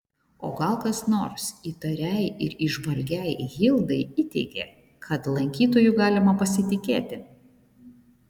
o gal kas nors įtariai ir įžvalgiai hildai įteigė kad lankytoju galima pasitikėti